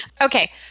Okay